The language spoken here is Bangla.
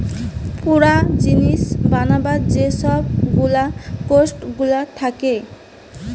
পুরা জিনিস বানাবার যে সব গুলা কোস্ট গুলা থাকে